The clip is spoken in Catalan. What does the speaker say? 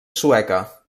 sueca